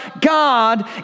God